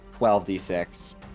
12d6